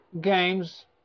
games